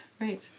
Right